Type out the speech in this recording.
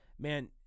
man